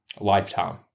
Lifetime